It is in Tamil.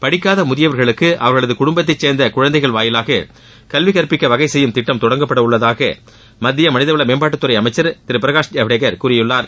படிக்காத முதியவர்களுக்கு அவர்களது குடும்பத்தைச் சேர்ந்த குழந்தைகள் வாயிலாக கல்வி கற்பிக்க வகை செய்யும் திட்டம் தொடங்கப்படவுள்ளதாக மத்திய மனித வள மேம்பாட்டுத் துறை அமைச்சர் திரு பிரகாஷ் ஜவ்டேகர் கூறியுள்ளார்